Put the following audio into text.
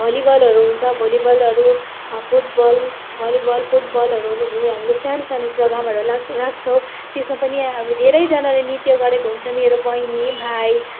भलिबलहरू हुन्छ भोलिबलहरू फुटबल भलिबल फुटबलहरू हुँदाखेरि हामीले सानो सानो प्रोग्रामहरूले राख् राख्छौँ त्यसमा पनि अब धेरैजनाले नृत्य गरेको हुन्छ मेरो बहिनी भाइ